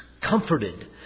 comforted